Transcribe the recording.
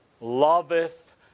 loveth